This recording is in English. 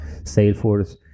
Salesforce